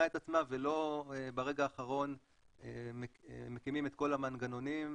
את עצמה ולא ברגע האחרון מקימים את כל המנגנונים.